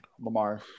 Lamar